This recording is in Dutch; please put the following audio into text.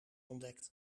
ontdekt